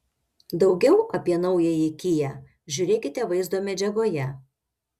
daugiau apie naująjį kia žiūrėkite vaizdo medžiagoje